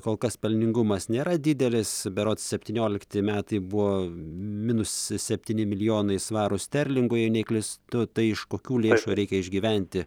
kol kas pelningumas nėra didelis berods septyniolikti metai buvo minus septyni milijonai svarų sterlingų jei neklystu tai iš kokių lėšų reikia išgyventi